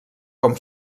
com